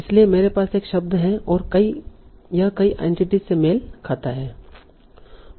इसलिए मेरे पास एक शब्द है और यह कई एंटिटीस से मेल खाता है